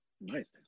Nice